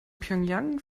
pjöngjang